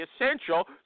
essential